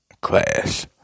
class